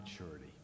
maturity